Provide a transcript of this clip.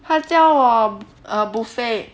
他教我 err buffet